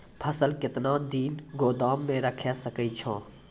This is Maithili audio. फसल केतना दिन गोदाम मे राखै सकै छौ?